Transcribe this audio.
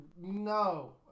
no